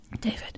David